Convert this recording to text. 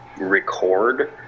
record